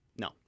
no